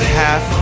half